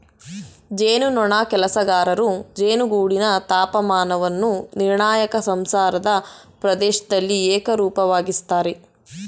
ಜೇನುನೊಣ ಕೆಲಸಗಾರರು ಜೇನುಗೂಡಿನ ತಾಪಮಾನವನ್ನು ನಿರ್ಣಾಯಕ ಸಂಸಾರದ ಪ್ರದೇಶ್ದಲ್ಲಿ ಏಕರೂಪವಾಗಿಸ್ತರೆ